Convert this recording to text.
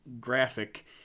graphic